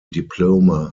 diploma